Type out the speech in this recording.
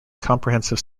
comprehensive